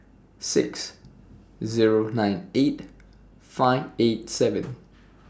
six Zero nine eight five eight seven